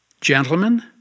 Gentlemen